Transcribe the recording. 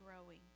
growing